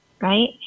right